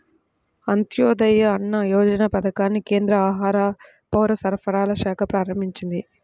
అంత్యోదయ అన్న యోజన పథకాన్ని కేంద్ర ఆహార, పౌరసరఫరాల శాఖ ప్రారంభించింది